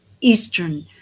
eastern